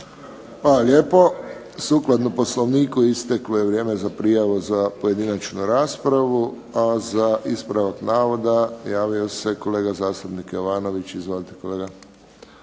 lijepo. Sukladno Poslovniku isteklo je vrijeme za prijavu za pojedinačnu raspravu, a za ispravak navoda javio se kolega zastupnik Jovanović. Izvolite kolega.